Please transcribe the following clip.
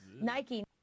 Nike